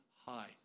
High